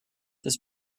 this